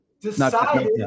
decided